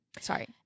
sorry